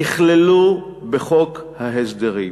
נכללו בחוק ההסדרים.